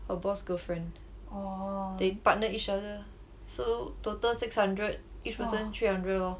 her boss girlfriend they partner each other so total six hundred each person three hundred lor